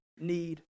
need